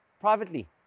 privately